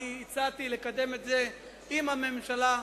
אני הצעתי לקדם את זה עם הממשלה,